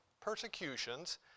persecutions